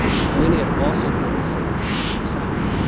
because many had also come to st. louis from the south.